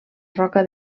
roca